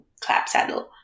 Clapsaddle